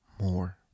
more